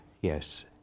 yes